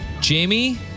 Jamie